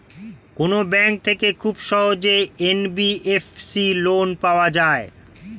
কোন ব্যাংক থেকে খুব সহজেই এন.বি.এফ.সি লোন পাওয়া যায়?